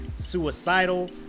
suicidal